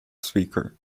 speaker